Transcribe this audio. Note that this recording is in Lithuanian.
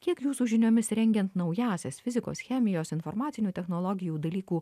kiek jūsų žiniomis rengiant naująsias fizikos chemijos informacinių technologijų dalykų